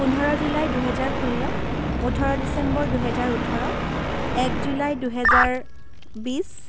পোন্ধৰ জুলাই দুহেজাৰ ষোল্ল ওঠৰ ডিচেম্বৰ দুহেজাৰ ওঠৰ এক জুলাই দুহেজাৰ বিছ